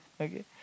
Okay